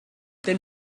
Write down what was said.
then